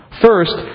First